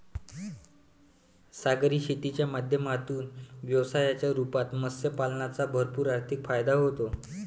सागरी शेतीच्या माध्यमातून व्यवसायाच्या रूपात मत्स्य पालनाचा भरपूर आर्थिक फायदा होतो